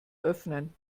öffnen